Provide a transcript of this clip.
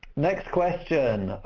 next question,